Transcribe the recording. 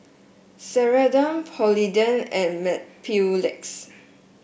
Ceradan Polident and Mepilex